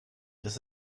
ist